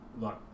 look